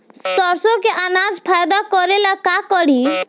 सरसो के अनाज फायदा करेला का करी?